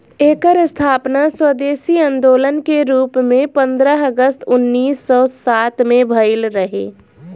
एकर स्थापना स्वदेशी आन्दोलन के रूप में पन्द्रह अगस्त उन्नीस सौ सात में भइल रहे